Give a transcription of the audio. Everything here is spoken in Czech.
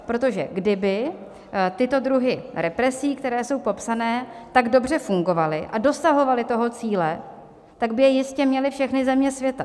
Protože kdyby tyto druhy represí, které jsou popsány, tak dobře fungovaly a dosahovaly toho cíle, tak by je jistě měly všechny země světa.